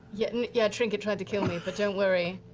yeah and yeah, trinket tried to kill me, but don't worry,